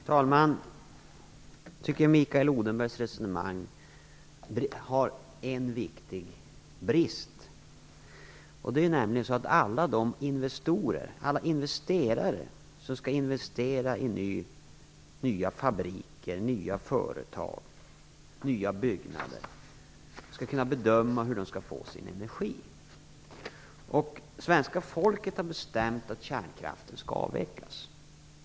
Herr talman! Jag tycker att Mikael Odenbergs resonemang har en viktig brist. Det är nämligen så att alla som skall investera i nya fabriker, företag och byggnader måste kunna bedöma hur de skall få sin energi. Svenska folket har bestämt att kärnkraften skall avvecklas.